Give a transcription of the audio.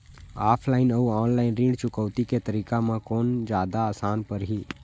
Offline अऊ online ऋण चुकौती के तरीका म कोन जादा आसान परही?